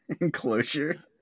enclosure